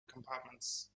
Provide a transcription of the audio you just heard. compartments